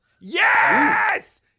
yes